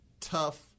tough